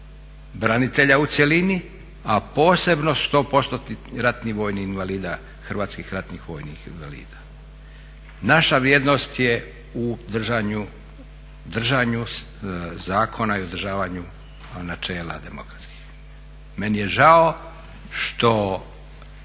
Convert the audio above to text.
branitelja u cjelini a posebno 100%-tnih ratnih vojnih invalida, hrvatskih ratnih vojnih invalida. Naša vrijednost je u držanju zakona i uzdržavanju načela demokratskih. Meni je žao što